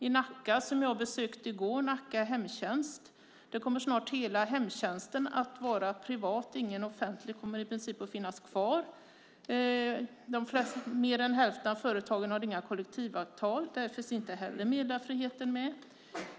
I Nacka och Nacka Hemtjänst, som jag besökte i går, kommer snart hela hemtjänsten att vara privat. I princip ingen offentlig hemtjänst kommer att finnas kvar. Mer än hälften av företagen har inga kollektivavtal. Där finns inte heller meddelarfriheten med.